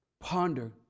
ponder